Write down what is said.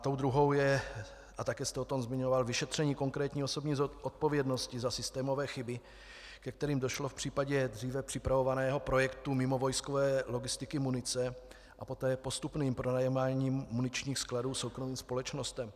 Tou druhou je, a taky jste se o tom zmiňoval, vyšetření konkrétní osobní zodpovědnosti za systémové chyby, ke kterým došlo v případě dříve připravovaného projektu mimovojskové logistiky munice a poté postupným pronajímáním muničních skladů soukromým společnostem.